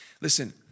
Listen